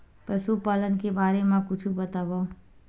पशुपालन के बारे मा कुछु बतावव?